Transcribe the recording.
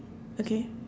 okay